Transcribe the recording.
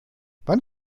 wann